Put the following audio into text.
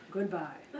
Goodbye